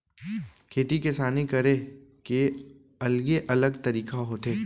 खेती किसानी करे के अलगे अलग तरीका होथे